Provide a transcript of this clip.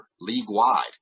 league-wide